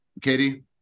Katie